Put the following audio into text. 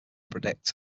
predict